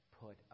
put